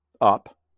up